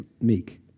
meek